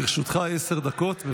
לרשותך עשר דקות.